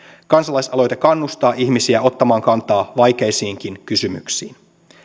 kansa laisaloite kannustaa ihmisiä ottamaan kantaa vaikeisiinkin kysymyksiin